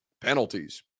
penalties